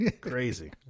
crazy